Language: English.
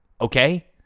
okay